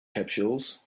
capsules